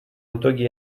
итоги